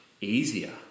easier